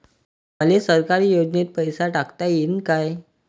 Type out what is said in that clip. मले सरकारी योजतेन पैसा टाकता येईन काय?